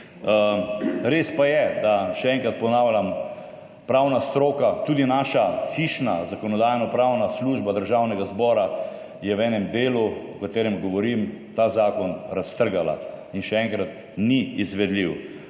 Res pa je, da, še enkrat ponavljam, pravna stroka, tudi naša hišna Zakonodajno-pravna služba Državnega zbora, je v enem delu, o katerem govorim, ta zakon raztrgala. In še enkrat: ni izvedljiv.